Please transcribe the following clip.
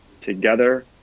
together